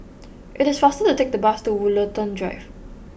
it is faster to take the bus to Woollerton Drive